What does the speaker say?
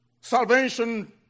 Salvation